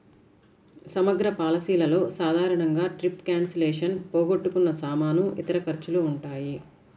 సమగ్ర పాలసీలలో సాధారణంగా ట్రిప్ క్యాన్సిలేషన్, పోగొట్టుకున్న సామాను, ఇతర ఖర్చులు ఉంటాయి